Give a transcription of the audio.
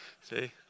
see